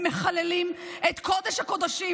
הם מחללים את קודש-הקודשים,